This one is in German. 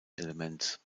elements